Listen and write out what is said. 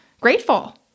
grateful